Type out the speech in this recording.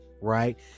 right